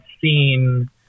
seen